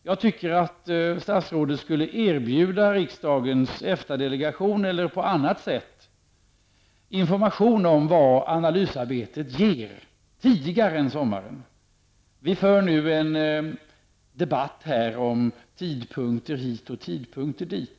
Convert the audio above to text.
Jag tycker att statsrådet tidigare än till sommaren skulle erbjuda riksdagens EFTA delegation information, om vad analysarbetet ger eller ge denna information på annat sätt. Vi för nu en debatt om tidpunkter hit och dit.